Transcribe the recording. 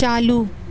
چالو